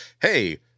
hey –